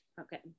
Okay